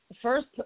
first